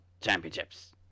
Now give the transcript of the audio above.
championships